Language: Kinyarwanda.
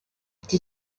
iki